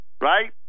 right